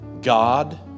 God